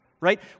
Right